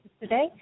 today